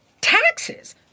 Taxes